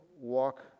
walk